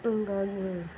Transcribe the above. ಹಂಗಾಗಿ